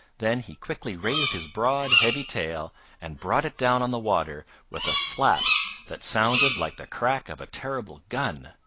then he quickly raised his broad, heavy tail and brought it down on the water with a slap that sounded like the crack of a terrible gun.